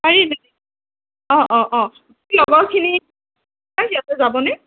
অ অ অ লগৰখিনি সিহঁতে যাব নে